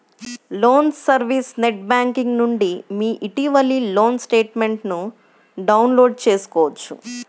loan service net banking నుండి మీ ఇటీవలి లోన్ స్టేట్మెంట్ను డౌన్లోడ్ చేసుకోవచ్చు